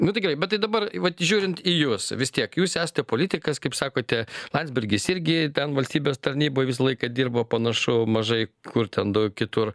nu tai gerai bet tai dabar vat žiūrint į jus vis tiek jūs esate politikas kaip sakote landsbergis irgi ten valstybės tarnyboj visą laiką dirbo panašu mažai kur ten kitur